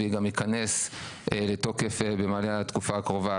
וגם ייכנס לתוקף בתקופה הקרובה,